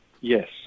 Yes